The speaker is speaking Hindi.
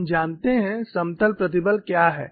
हम जानते हैं समतल प्रतिबल क्या है